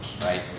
right